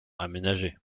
aménagés